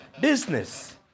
business